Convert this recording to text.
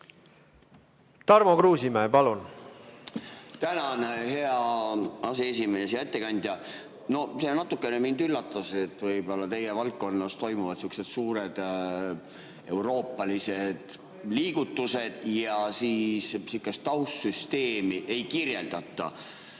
Tarmo Kruusimäe, palun!